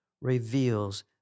reveals